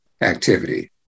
activity